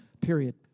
period